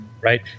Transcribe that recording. right